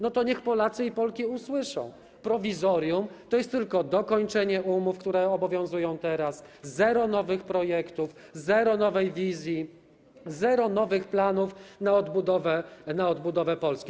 No to niech Polacy i Polki usłyszą: prowizorium to jest tylko dokończenie umów, które obowiązują teraz, zero nowych projektów, zero nowej wizji, zero nowych planów na odbudowę Polski.